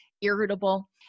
irritable